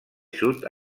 sud